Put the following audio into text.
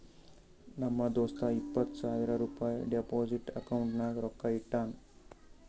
ನಮ್ ದೋಸ್ತ ಇಪ್ಪತ್ ಸಾವಿರ ರುಪಾಯಿ ಡೆಪೋಸಿಟ್ ಅಕೌಂಟ್ನಾಗ್ ರೊಕ್ಕಾ ಇಟ್ಟಾನ್